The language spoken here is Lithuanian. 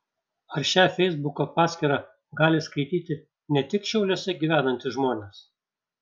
ar šią feisbuko paskyrą gali skaityti ne tik šiauliuose gyvenantys žmonės